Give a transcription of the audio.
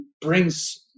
brings